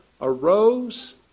arose